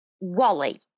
Wally